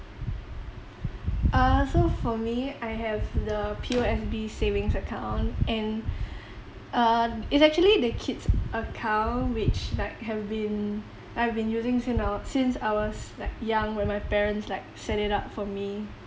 uh so for me I have the P_O_S_B savings account and uh it's actually the kids account which like have been I've been using sin~ since I was like young where my parents like set it up for me